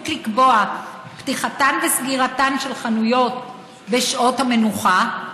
לקבוע את פתיחתן וסגירתן של חנויות בשעות המנוחה,